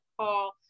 call